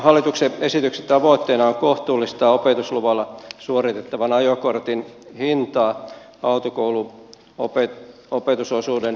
hallituksen esityksen tavoitteena on kohtuullistaa opetusluvalla suoritettavan ajokortin hintaa autokouluopetusosuuden poistamisella